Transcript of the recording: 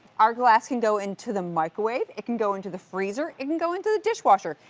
our glass can go into the microwave. it can go into the freezer. it can go into the dishwasher.